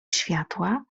światła